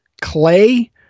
clay